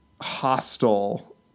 hostile